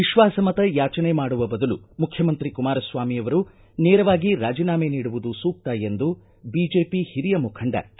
ವಿಶ್ವಾಸ ಮತ ಯಾಚನೆ ಮಾಡುವ ಬದಲು ಮುಖ್ಯಮಂತ್ರಿ ಕುಮಾರಸ್ವಾಮಿಯವರು ನೇರವಾಗಿ ರಾಜಿನಾಮೆ ನೀಡುವುದು ಸೂಕ್ತ ಎಂದು ಬಿಜೆಪಿ ಹಿರಿಯ ಮುಖಂಡ ಕೆ